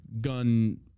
gun